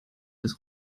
des